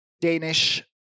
Danish